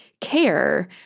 care